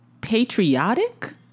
patriotic